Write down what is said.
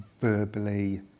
verbally